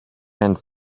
and